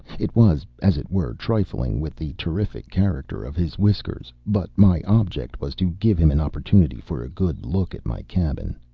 it was, as it were, trifling with the terrific character of his whiskers but my object was to give him an opportunity for a good look at my cabin.